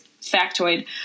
factoid